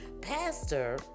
pastor